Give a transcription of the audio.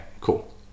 cool